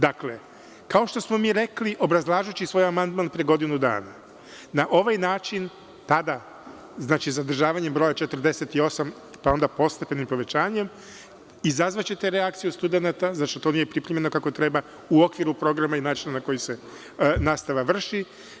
Dakle, kao što smo mi rekli obrazlažući svoj amandman pre godinu dana, na ovaj način pada, zadržavanjem broja 48, pa onda postepenim povećanjem, izazvaćete reakciju studenata, to nije pripremljeno kako treba u okviru programa i načina na koji se nastava vrši.